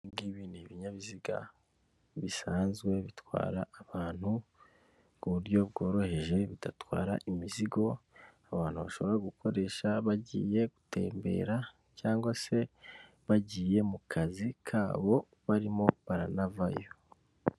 Ibi ngibi ni ibinyabiziga bisanzwe bitwara abantu kuburyo bworoheje bidatwara imizigo abantu bashobora gukoresha bagiye gutembera cyangwa se bagiye mu kazizi kabo barimo baranavayo.